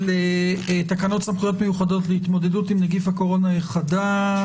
הצעת תקנות סמכויות מיוחדות להתמודדות עם נגיף הקורונה החדש